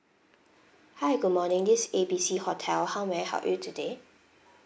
hi good morning this A B C hotel how may I help you today